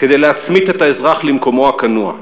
כדי להצמית את האזרח למקומו הכנוע.